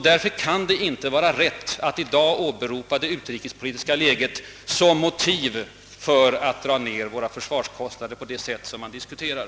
Därför kan det inte vara rätt att i dag åberopa det utrikespolitiska läget som motiv för att skära ned våra försvarskostnader på det sätt som man diskuterar: